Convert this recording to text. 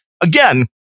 Again